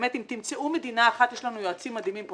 באמת אם תמצאו מדינה אחת יש לנו יועצים מדהימים פה